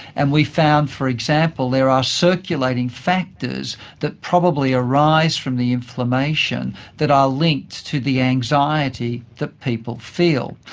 and we found, for example, there are circulating factors that probably arise from the inflammation that are linked to the anxiety that people feel.